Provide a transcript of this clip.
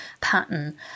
pattern